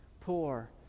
poor